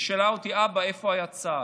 היא שאלה אותי: אבא, איפה היה צה"ל?